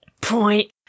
point